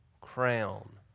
crown